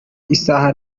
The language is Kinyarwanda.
isaha